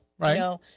Right